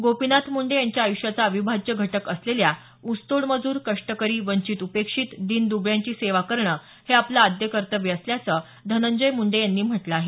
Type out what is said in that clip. गोपीनाथ मुंडे यांच्या आयुष्याचा अविभाज्य घटक असलेल्या ऊसतोड मजूर कष्टकरी वंचित उपेक्षित दीन दुबळ्यांची सेवा करणं हे आपलं आद्य कर्तव्य असल्याचं धनंजय मुंडे यांनी म्हटलं आहे